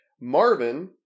Marvin